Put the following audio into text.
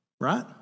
right